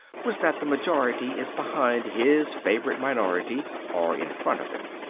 was that the majority is behind his favourite minority or in front of it.